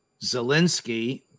Zelensky